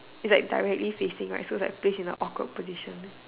is like directly facing right so like place in a awkward position